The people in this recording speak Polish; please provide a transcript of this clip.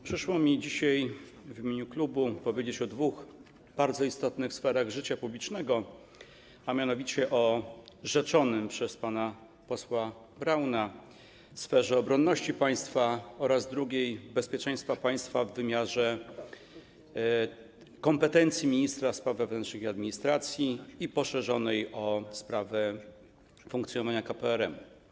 Przyszło mi dzisiaj w imieniu klubu powiedzieć o dwóch bardzo istotnych sferach życia publicznego, a mianowicie o wymienionej przez pana posła Brauna sferze obronności państwa oraz o drugiej - bezpieczeństwa państwa w wymiarze kompetencji ministra spraw wewnętrznych i administracji, poszerzonej o sprawę funkcjonowania KPRM.